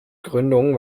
gründung